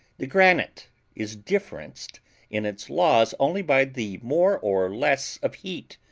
the granite is differenced in its laws only by the more or less of heat,